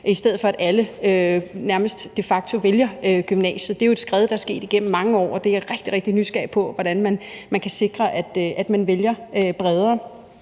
i stedet for at alle nærmest de facto vælger gymnasiet. Det er jo et skred, der er sket igennem mange år, og jeg er rigtig, rigtig nysgerrig på, hvordan vi kan sikre, at man vælger bredere.